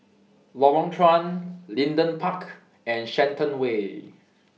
Lorong Chuan Leedon Park and Shenton Way